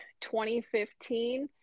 2015